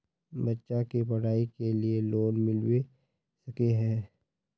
बच्चा के पढाई के लिए लोन मिलबे सके है?